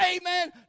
Amen